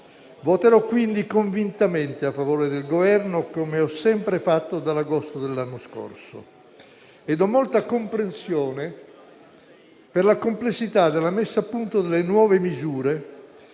Voterò quindi convintamente a favore del Governo, come ho sempre fatto dall'agosto dell'anno scorso. Ho molta comprensione per la complessità della messa a punto delle nuove misure